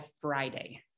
Friday